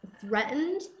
threatened